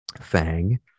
Fang